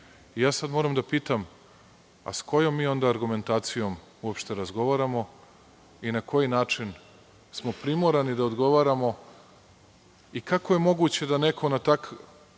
sad moram da pitam – sa kojom mi onda argumentacijom uopšte razgovaramo i na koji način smo primorani da odgovaramo i kako je moguće da neko na takvim